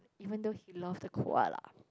even though he love the koala